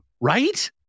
Right